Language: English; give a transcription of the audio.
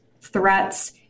threats